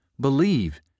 believe